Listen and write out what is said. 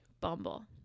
bumble